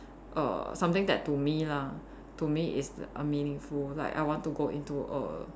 err something that to me lah to me is meaningful like I want to go into err